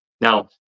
Now